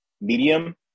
medium